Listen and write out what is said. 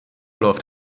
läuft